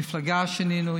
במפלגה שינינו.